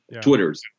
Twitters